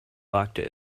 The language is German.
wagte